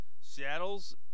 Seattle's